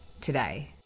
today